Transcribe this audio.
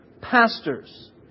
pastors